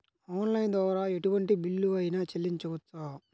Online ద్వారా ఎటువంటి bill అయినా చెల్లించవచ్చా?